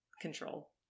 control